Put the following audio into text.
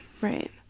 right